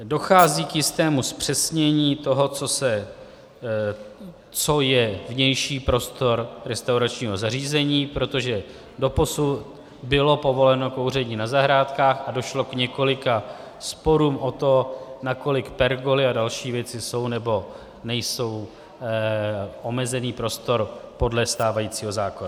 Dochází k jistému zpřesnění toho, co je vnější prostor restauračního zařízení, protože doposud bylo povoleno kouření na zahrádkách a došlo k několika sporům o to, nakolik pergoly a další věci jsou nebo nejsou omezený prostor podle stávajícího zákona.